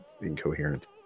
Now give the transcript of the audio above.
incoherent